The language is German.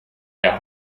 der